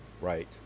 right